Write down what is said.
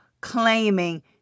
claiming